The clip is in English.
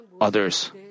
others